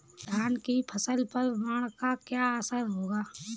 धान की फसल पर बाढ़ का क्या असर होगा?